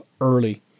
early